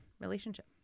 relationship